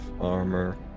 armor